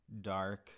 dark